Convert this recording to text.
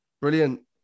Brilliant